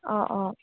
অ অ